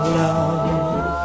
love